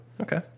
okay